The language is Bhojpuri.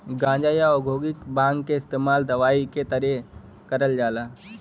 गांजा, या औद्योगिक भांग क इस्तेमाल दवाई के तरे करल जाला